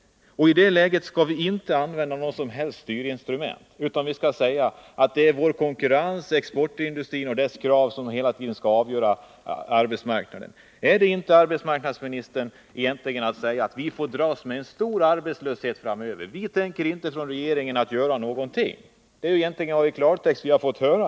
Och i detta läge skall vi inte använda några som helst styrinstrument! Vi skall bara säga att det är vår konkurrens, vår exportindustri och dess krav som hela tiden skall avgöra arbetsmarknaden. Ärdetinte, herr arbetsmarknadsminister, egentligen samma sak som att säga att vi får dras med stor arbetslöshet framöver — regeringen tänker inte göra någonting? Detta är egentligen i klartext vad vi fått höra.